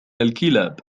الكلاب